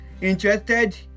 interested